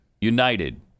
United